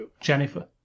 Jennifer